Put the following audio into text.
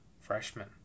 freshman